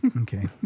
Okay